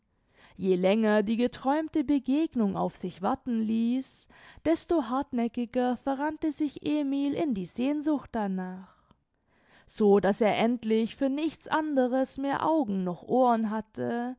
je länger die geträumte begegnung auf sich warten ließ desto hartnäckiger verrannte sich emil in die sehnsucht danach so daß er endlich für nichts anderes mehr auge noch ohr hatte